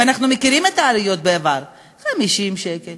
ואנחנו יודעים מה היו העליות בעבר: 50 שקל,